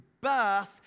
birth